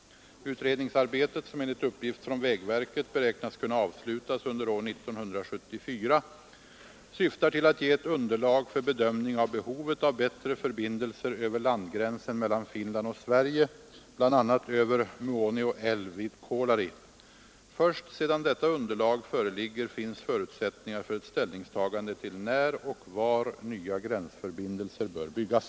Utredningsarbetet, som enligt uppgift från vägverket beräknas kunna avslutas under år 1974, syftar till att ge ett underlag för bedömning av behovet av bättre förbindelser över landgränsen mellan Finland och Sverige, bl.a. över Muonio älv vid Kolari. Först sedan detta underlag föreligger, finns förutsättningar för ett ställningstagande till när och var nya gränsförbindelser bör byggas.